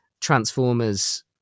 Transformers